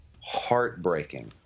heartbreaking